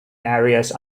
areas